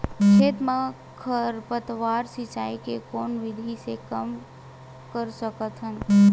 खेत म खरपतवार सिंचाई के कोन विधि से कम कर सकथन?